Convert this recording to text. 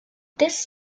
this